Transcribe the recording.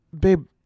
babe